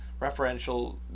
referential